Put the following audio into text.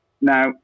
Now